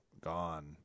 gone